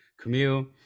Camille